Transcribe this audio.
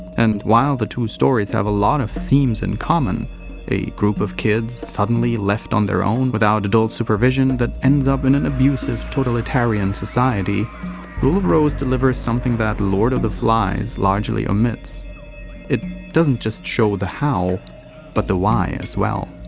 and while the two stories have a lot of themes in common a group of kids suddenly left on their own without adult supervision that ends up in an abusive, totalitarian society rule of rose delivers something that lord of the flies largely omits it doesn't just show the how but the why as well.